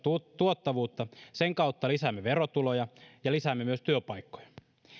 tuottavuutta sen kautta lisäämme verotuloja ja lisäämme myös työpaikkoja